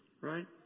Right